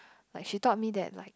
like she taught me that like